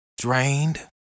drained